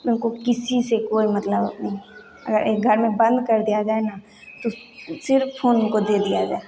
उनको किसी से कोई मतलब नहीं अगर एक घर में बंद कर दिया जाए ना तो सिर्फ़ फ़ोन उनको दे दिया जाए